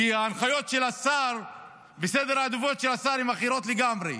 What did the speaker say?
כי ההנחיות של השר וסדר העדיפויות של השר הם אחרים לגמרי.